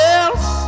else